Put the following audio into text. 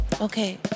Okay